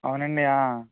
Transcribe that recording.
అవునండీ